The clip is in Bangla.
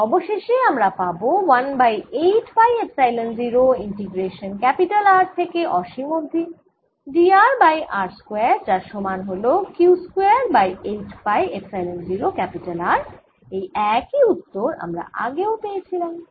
তাই অবশেষে আমরা পাবো 1 by 8 pi epsilon 0 integration R থেকে অসীম অবধি dr বাই r স্কয়ার যার সমান হল Q square by 8 pi epsilon 0 R এই একই উত্তর আমরা আগেও পেয়েছিলাম